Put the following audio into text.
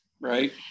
right